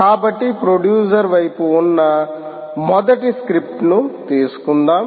కాబట్టి ప్రొడ్యూసర్ వైపు ఉన్న మొదటి స్క్రిప్ట్ను తీసుకుందాం